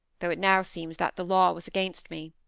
though it now seems that the law was against me.